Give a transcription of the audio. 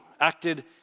acted